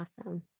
Awesome